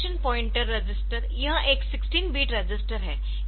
instruction pointer register यह एक 16 bit register है